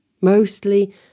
Mostly